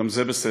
גם זה בסדר,